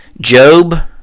Job